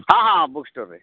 ହଁ ହଁ ବୁକ୍ ଷ୍ଟୋର୍ରେ